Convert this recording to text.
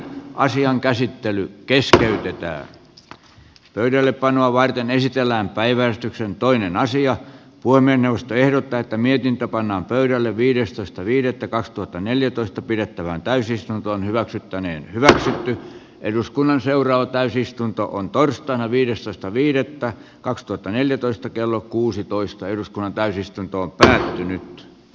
asian käsittely kestää pyytää pöydällepanoa varten esitellään päiväystyksen toinen asia voi mennä ehdottaa että mietintö pannaan pöydälle viidestoista viidettä kaksituhattaneljätoista pidettävään täysistunto hyväksyttäneen hyväksytty eduskunnan seuraava täysistuntoon torstaina viidestoista viidettä kaksituhattaneljätoista kello kuusitoista eduskunnan täysistuntoon pääosin keskeytetään